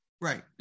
Right